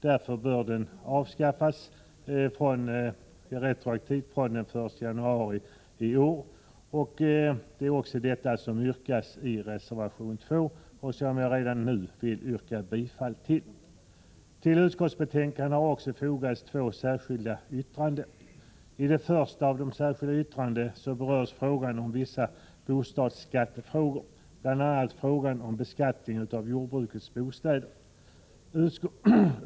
Därför bör den avskaffas retroaktivt från den 1 januari i år. Det är också vad som yrkas i reservation 2, som jag redan nu vill yrka bifall till. Till utskottsbetänkandet har också fogats två särskilda yttranden. I det första av dem berörs vissa bostadsskattefrågor, bl.a. frågan om beskattning av jordbrukets bostäder.